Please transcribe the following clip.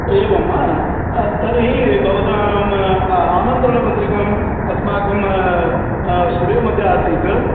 एवं वा तर्हि भवताम् आमन्त्रणपत्रिकाम् अस्माकं स्टुडियोमध्ये आसीत्